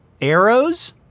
arrows